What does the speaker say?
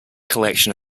collection